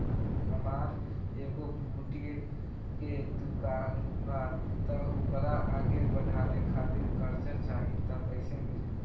हमार एगो बुटीक के दुकानबा त ओकरा आगे बढ़वे खातिर कर्जा चाहि त कइसे मिली?